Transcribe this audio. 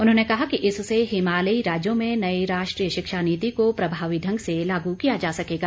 उन्होंने कहा कि इससे हिमालयी राज्यों में नई राष्ट्रीय शिक्षा नीति को प्रभावी ढंग से लागू किया जा सकेगा